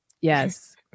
Yes